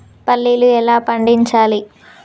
పల్లీలు ఎలా పండించాలి?